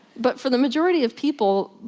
but for the majority of people,